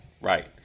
Right